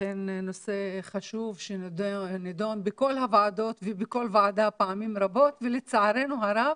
אכן נושא חשוב שנידון בכל הוועדות ובכל ועדה פעמים רבות ולצערנו הרב